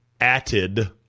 added